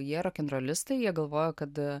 jie rokenrolistai jie galvoja kad